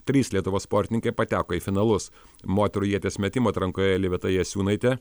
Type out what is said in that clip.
trys lietuvos sportininkai pateko į finalus moterų ieties metimo atrankoje liveta jasiūnaitė